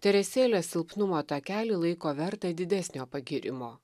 teresėlė silpnumo takelį laiko verta didesnio pagyrimo